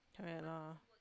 correct lor